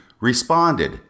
responded